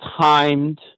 timed